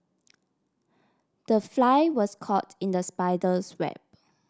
the fly was caught in the spider's web